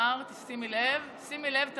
זה מקצוע.